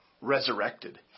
resurrected